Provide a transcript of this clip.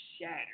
shattered